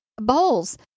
Bowls